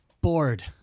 bored